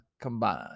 combined